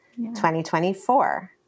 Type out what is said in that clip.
2024